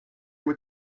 with